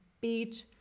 beach